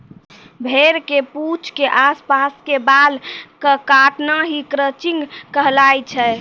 भेड़ के पूंछ के आस पास के बाल कॅ काटना हीं क्रचिंग कहलाय छै